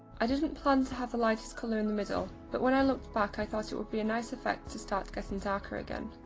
i didn't plan to have the lightest colour in the middle, but when i looked back i thought it would be a nice effect to start getting darker again.